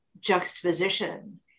juxtaposition